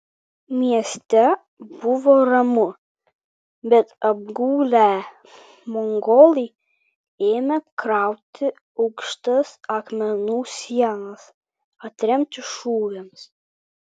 mieste buvo ramu bet apgulę mongolai ėmė krauti aukštas akmenų sienas atremti šūviams